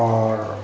আর